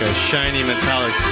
shiny metallic